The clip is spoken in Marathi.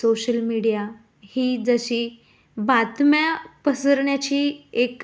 सोशल मीडिया ही जशी बातम्या पसरण्याची एक